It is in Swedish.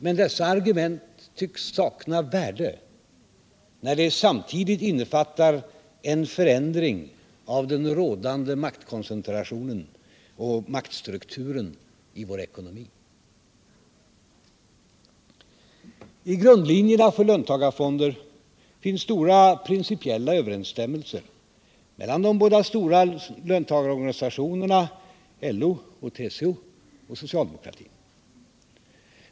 Men dessa argument tycks sakna värde när de samtidigt innefattar en förändring av den rådande maktkoncentrationen och maktstrukturen I vår ekonomi. I frågan om grundlinjerna för löntagarfonder finns stora principiella överensstämmelser mellan de båda stora löntagarorganisationerna, LO och TCO, och socialdemokratin.